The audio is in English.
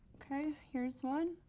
okay, here's one.